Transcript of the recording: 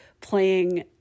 playing